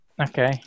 Okay